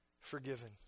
forgiven